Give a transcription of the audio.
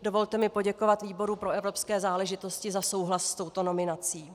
Dovolte mi poděkovat výboru pro evropské záležitosti za souhlas s touto nominací.